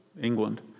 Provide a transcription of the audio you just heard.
England